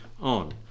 on